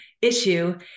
issue